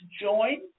join